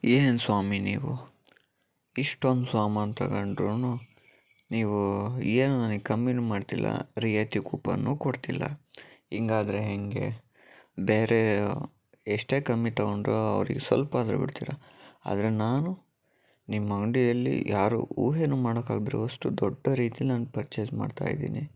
ಏನು ಸ್ವಾಮಿ ನೀವು ಇಷ್ಟೊಂದು ಸಾಮಾನು ತಗೊಂಡ್ರೂ ನೀವು ಏನು ನನಗೆ ಕಮ್ಮಿನು ಮಾಡ್ತಿಲ್ಲ ರಿಯಾಯಿತಿ ಕೂಪನು ಕೊಡ್ತಿಲ್ಲ ಹಿಂಗೆ ಆದರೆ ಹೇಗೆ ಬೇರೆ ಎಷ್ಟೆ ಕಮ್ಮಿ ತಗೊಂಡರು ಅವ್ರಿಗೆ ಸ್ವಲ್ಪ ಆದ್ರೂ ಬಿಡ್ತೀರ ಆದರೆ ನಾನು ನಿಮ್ಮ ಅಂಗಡಿಯಲ್ಲಿ ಯಾರು ಊಹೆಯೂ ಮಾಡೋಕೆ ಆಗದಿರುವಷ್ಟು ದೊಡ್ಡ ರೀತಿಲಿ ನಾನು ಪರ್ಚೇಸ್ ಮಾಡ್ತಾಯಿದ್ದೀನಿ